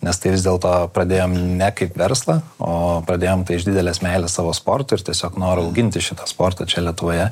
nes tai vis dėlto pradėjom ne kaip verslą o pradėjom tai iš didelės meilės savo sportui ir tiesiog noro auginti šitą sportą čia lietuvoje